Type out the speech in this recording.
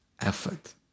effort